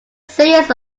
serious